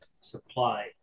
supply